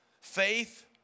Faith